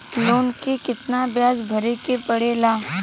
Loan के कितना ब्याज भरे के पड़े ला?